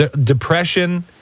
depression